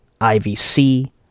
IVC